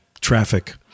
traffic